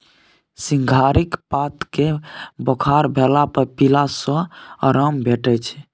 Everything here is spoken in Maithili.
सिंहारिक पात केँ बोखार भेला पर पीला सँ आराम भेटै छै